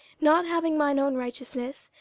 not having mine own righteousness,